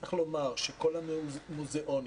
צריך לומר שכל המוזיאונים,